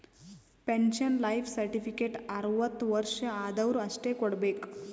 pension life certificate ಅರ್ವತ್ ವರ್ಷ ಆದ್ವರು ಅಷ್ಟೇ ಕೊಡ್ಬೇಕ